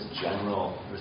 general